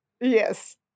yes